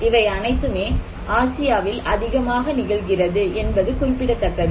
இவை அனைத்துமே ஆசியாவில் அதிகமாக நிகழ்கிறது என்பது குறிப்பிடத்தக்கது